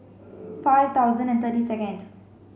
five thousand and thirty second